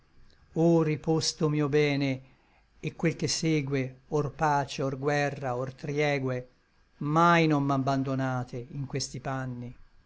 riposto mio bene et quel che segue or pace or guerra or triegue mai non m'abbandonate in questi panni